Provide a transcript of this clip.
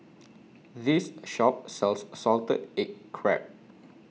This Shop sells Salted Egg Crab